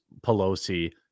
Pelosi